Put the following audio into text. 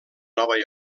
nova